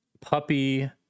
puppy